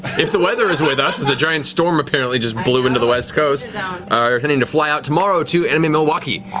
if the weather is with us as a giant storm apparently just blew into the west coast are intending to fly out tomorrow to anime milwaukee.